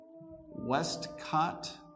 Westcott